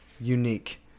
unique